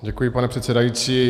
Děkuji, pane předsedající.